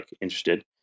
interested